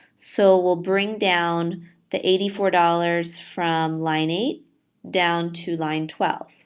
so, we'll bring down the eighty four dollars from line eight down to line twelve.